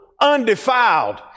undefiled